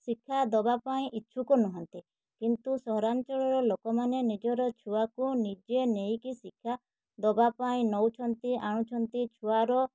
ଶିକ୍ଷା ଦବା ପାଇଁ ଇଛୁକ ନୁହଁନ୍ତି କିନ୍ତୁ ସହରାଞ୍ଚଳର ଲୋକମାନେ ନିଜର ଛୁଆକୁ ନିଜେ ନେଇକି ଶିକ୍ଷା ଦବା ପାଇଁ ନଉଛନ୍ତି ଆଣୁଛନ୍ତି ଛୁଆର